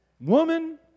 Woman